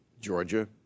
Georgia